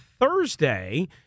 Thursday